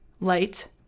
light